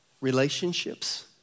relationships